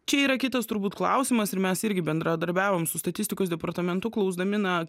čia yra kitas turbūt klausimas ir mes irgi bendradarbiavom su statistikos departamentu klausdami na